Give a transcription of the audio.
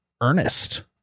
Ernest